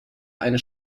eine